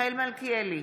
מיכאל מלכיאלי,